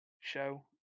show